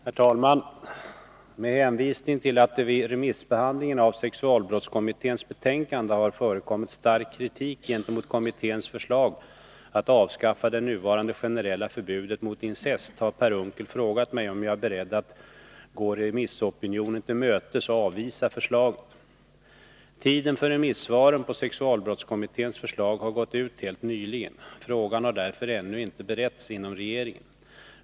Herr talman! Med hänvisning till att det vid remissbehandlingen av sexualbrottskommitténs betänkande har förekommit stark kritik gentemot kommitténs förslag att avskaffa det nuvarande generella förbudet mot incest har Per Unckel frågat mig om jag är beredd att gå remissopinionen till mötes och avvisa förslaget. Tiden för remissvaren på sexualbrottskommitténs förslag har gått ut helt nyligen. Frågan har därför ännu inte beretts inom regeringen.